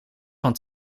van